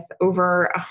over